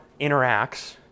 interacts